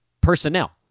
personnel